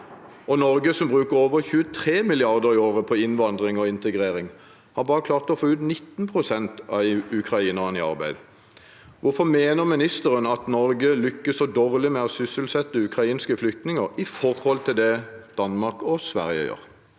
Norge, som bruker over 23 mrd. kr i året på innvandring og integrering, har bare klart å få 19 pst. av ukrainerne ut i arbeid. Hvorfor mener ministeren at Norge lykkes så dårlig med å sysselsette ukrainske flyktninger i forhold til det Danmark og Sverige gjør?